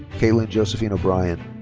caitlyn josephine o'brien.